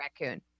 raccoon